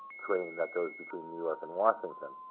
train that goes between new york and washington.